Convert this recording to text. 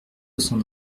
cents